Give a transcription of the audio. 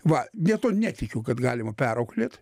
va ne tuo netikiu kad galima perauklėt